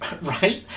Right